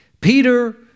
Peter